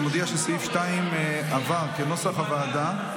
אני מודיע שסעיף 2, כנוסח הוועדה, עבר.